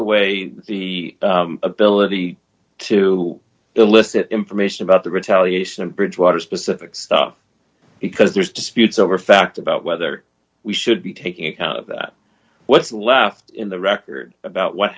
away the ability to elicit information about the retaliation of bridgwater specific stuff because there's disputes over fact about whether we should be taking what's left in the record about what